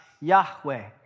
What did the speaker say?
Yahweh